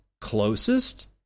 closest